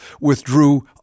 withdrew